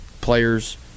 players